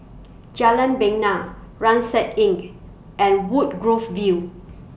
Jalan Bena Rucksack Innk and Woodgrove View